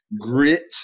grit